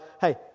hey